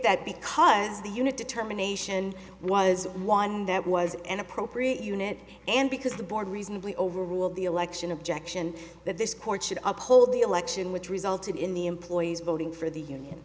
that because the unit determination was one that was an appropriate unit and because the board reasonably overruled the election objection that this court should uphold the election which resulted in the employees voting for the union